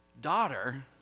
daughter